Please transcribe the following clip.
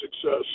success